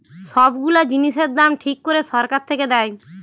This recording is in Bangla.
সব গুলা জিনিসের দাম ঠিক করে সরকার থেকে দেয়